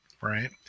right